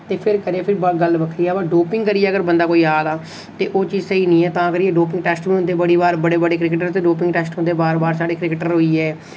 ते फिर करे फिर गल्ल बक्खरी ऐ पर डोपिंग करियै अगर बंदा कोई आ दा ते ओ चीज स्हेई नेईं ऐ तां करियै डोपिंग बी टैस्ट होंदे बड़ी बार बड़े बड़े क्रिकेटर ते डोपिंग टैस्ट होंदे बार बार साढ़े क्रिकेटर होई गे